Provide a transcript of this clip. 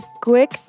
quick